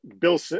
Bill